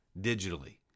digitally